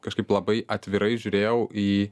kažkaip labai atvirai žiūrėjau į